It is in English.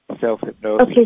self-hypnosis